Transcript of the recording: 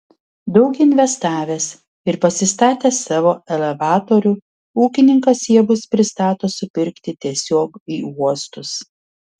daug investavęs ir pasistatęs savo elevatorių ūkininkas javus pristato supirkti tiesiog į uostus